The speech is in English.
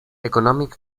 economic